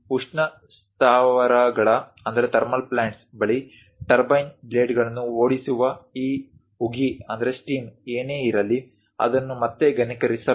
ಇಲ್ಲಿ ಉಷ್ಣ ಸ್ಥಾವರಗಳ ಬಳಿ ಟರ್ಬೈನ್ ಬ್ಲೇಡ್ಗಳನ್ನು ಓಡಿಸುವ ಈ ಉಗಿ ಏನೇ ಇರಲಿ ಅದನ್ನು ಮತ್ತೆ ಘನೀಕರಿಸಬೇಕಾಗುತ್ತದೆ